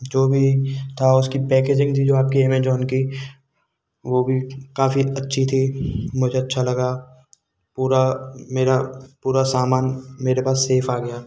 जो भी था उसकी पैकेजिंग थी जो आपकी एमेजॉन की वह भी काफ़ी अच्छी थी मुझे अच्छा लगा पूरा मेरा पूरा सामान मेरे पास सेफ़ आ गया